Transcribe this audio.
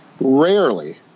Rarely